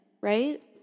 right